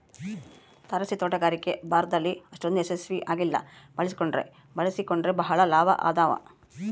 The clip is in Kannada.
ತಾರಸಿತೋಟಗಾರಿಕೆ ಭಾರತದಲ್ಲಿ ಅಷ್ಟೊಂದು ಯಶಸ್ವಿ ಆಗಿಲ್ಲ ಬಳಸಿಕೊಂಡ್ರೆ ಬಳಸಿಕೊಂಡರೆ ಬಹಳ ಲಾಭ ಅದಾವ